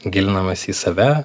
gilinamasi į save